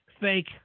fake